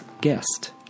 guest